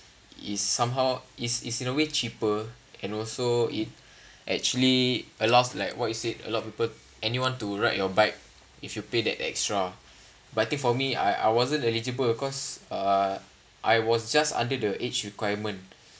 is somehow is is in a way cheaper and also it actually allows like what you said a lot of people anyone to ride your bike if you pay that extra but I think for me I I wasn't eligible cause uh I was just under the age requirement